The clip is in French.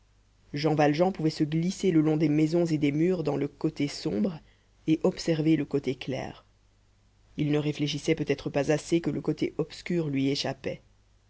jean valjean pouvait se glisser le long des maisons et des murs dans le côté sombre et observer le côté clair il ne réfléchissait peut-être pas assez que le côté obscur lui échappait